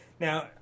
Now